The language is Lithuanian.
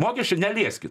mokesčių nelieskit